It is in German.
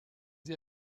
sie